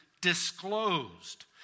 disclosed